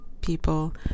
people